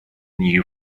new